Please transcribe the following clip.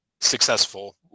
successful